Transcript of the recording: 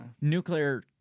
nuclear